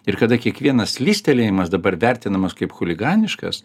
ir kada kiekvienas slystelėjimas dabar vertinamas kaip chuliganiškas